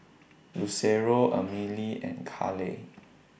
Lucero Amelie and Caleigh